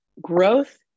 growth